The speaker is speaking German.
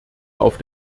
auf